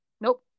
nope